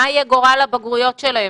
מה יהיה גורל הבגרויות שלהם?